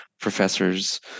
professors